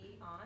on